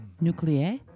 Nuclear